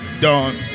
done